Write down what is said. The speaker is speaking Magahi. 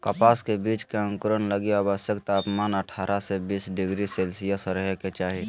कपास के बीज के अंकुरण लगी आवश्यक तापमान अठारह से बीस डिग्री सेल्शियस रहे के चाही